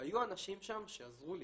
והיו אנשים שם שעזרו לי,